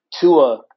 Tua